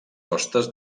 costes